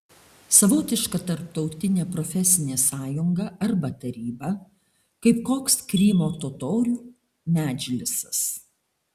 savotiška tarptautinė profesinė sąjunga arba taryba kaip koks krymo totorių medžlisas